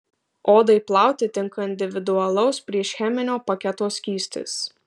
odai plauti tinka individualaus priešcheminio paketo skystis